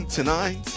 Tonight